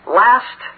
last